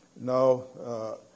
No